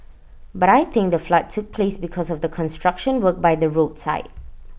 but I think the flood took place because of the construction work by the roadside